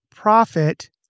Profit